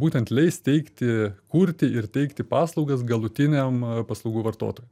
būtent leis teikti kurti ir teikti paslaugas galutiniam paslaugų vartotojui